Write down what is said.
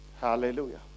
hallelujah